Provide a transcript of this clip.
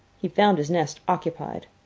he found his nest occupied.